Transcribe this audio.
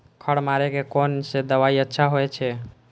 खर मारे के कोन से दवाई अच्छा होय छे?